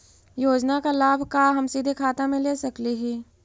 योजना का लाभ का हम सीधे खाता में ले सकली ही?